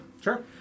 sure